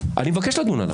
אני מבקש לדון עליו.